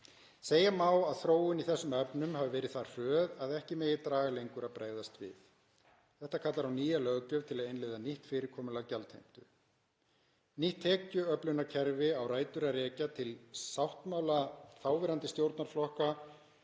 Segja má að þróunin í þessum efnum hafi verið það hröð að ekki megi draga lengur að bregðast við. Þetta kallar á nýja löggjöf til að innleiða nýtt fyrirkomulag gjaldheimtu. Nýtt tekjuöflunarkerfi á rætur að rekja til sáttmála þáverandi stjórnarflokka